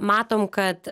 matom kad